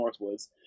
Northwoods